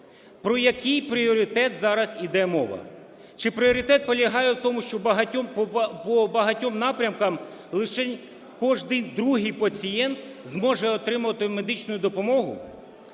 Про який пріоритет зараз йде мова? Чи пріоритет полягає в тому, що по багатьох напрямках лишень кожний другий пацієнт зможе отримувати медичну допомогу?